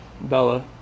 Bella